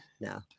No